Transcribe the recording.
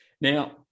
Now